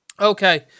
Okay